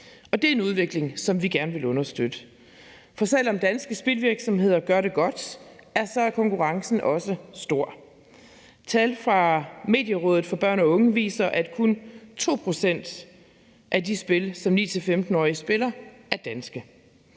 Det er en udvikling, som vi gerne vil understøtte. For selv om danske spilvirksomheder gør det godt, så er konkurrencen også stor. Tal fra Medierådet for Børn og Unge viser, at kun 2 pct. af de spil, som de 9- til 15-årige spiller, er danske,